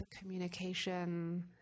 communication